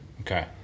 Okay